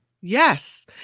Yes